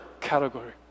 category